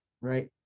Right